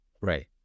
Right